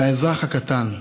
האזרח הקטן,